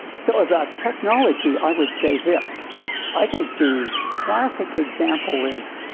so, about technology i would say this i think the classic example is,